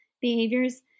behaviors